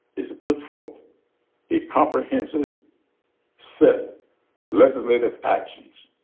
is to put forth a comprehensive set of legislative actions